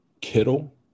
Kittle